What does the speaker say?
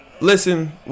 Listen